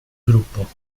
gruppo